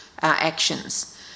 actions